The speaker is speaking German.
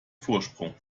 vorsprung